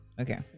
okay